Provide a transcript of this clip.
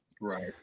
Right